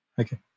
Okay